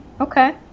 okay